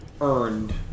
earned